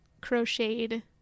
crocheted